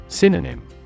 Synonym